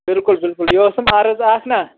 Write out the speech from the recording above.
بِلکُل بِلکُل یہِ اوسُم عرٕض اَکھ نا